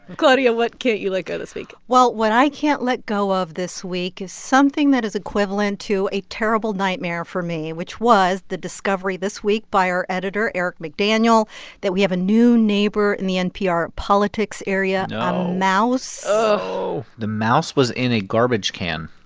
claudia, what can't you let go this week? well, what i can't let go of this week is something that is equivalent to a terrible nightmare for me, which was the discovery this week by our editor eric mcdaniel that we have a new neighbor in the npr politics area. no. a mouse no. the mouse was in a garbage can,